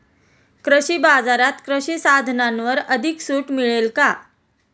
कृषी बाजारात कृषी साधनांवर अधिक सूट मिळेल का?